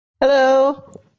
Hello